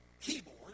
keyboard